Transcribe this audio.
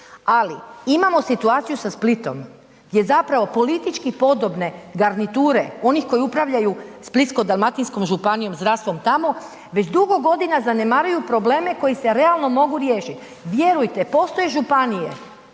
Ali, imamo situaciju sa Splitom, gdje zapravo politički podobne garniture onih koji upravljaju Splitsko-dalmatinskom županijom, zdravstvom tamo već dugo godina zanemaruju probleme koji se realno mogu riješiti. Vjerujte, postoje županije